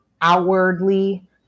outwardly